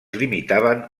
limitaven